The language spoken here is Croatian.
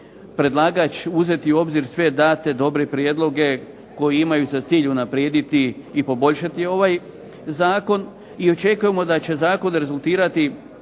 predlagač uzeti u obzir sve date, dobre prijedloge koji imaju za cilj unaprijediti i poboljšati ovaj zakon i očekujemo da će zakon rezultirati